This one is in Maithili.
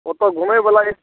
ओतऽ घुमै बला एक